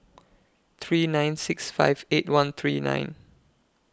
three nine six five eight one three nine